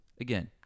Again